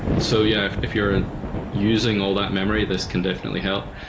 so yeah, if you're using all that memory, this can definitely help.